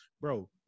bro